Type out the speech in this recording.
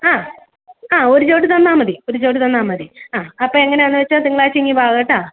ആ ആ ഒരു ജോഡി തന്നാൽ മതി ഒരു ജോഡി തന്നാൽ മതി ആ അപ്പോൾ എങ്ങനാന്ന് വെച്ചാൽ തിങ്കളാഴ്ച ഇങ്ങു വാ കേട്ടോ